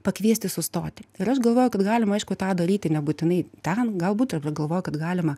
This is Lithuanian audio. pakviesti sustoti ir aš galvoju kad galima aišku tą daryti nebūtinai ten galbūt irgi galvoju kad galima